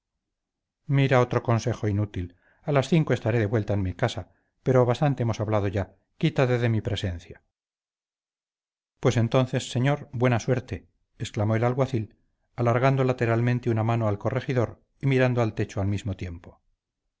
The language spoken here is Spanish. mira otro consejo inútil a las cinco estaré de vuelta en mi casa pero bastante hemos hablado ya quítate de mi presencia pues entonces señor buena suerte exclamó el alguacil alargando lateralmente la mano al corregidor y mirando al techo al mismo tiempo